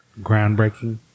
Groundbreaking